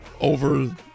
over